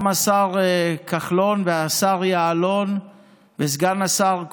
גם השר כחלון והשר יעלון וסגן השר כהן,